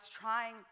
trying